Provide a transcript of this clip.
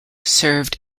served